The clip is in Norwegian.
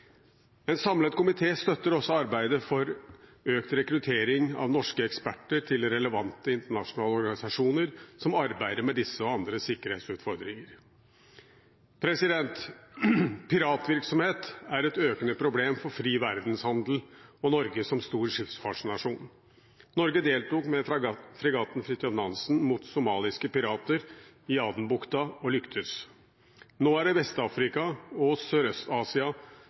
En samlet komité støtter også arbeidet for økt rekruttering av norske eksperter til relevante internasjonale organisasjoner som arbeider med disse og andre sikkerhetsutfordringer. Piratvirksomhet er et økende problem for fri verdenshandel og Norge som stor skipsfartsnasjon. Norge deltok med fregatten «Fridtjof Nansen» mot somaliske pirater i Adenbukta og lyktes. Nå er det Vest-Afrika og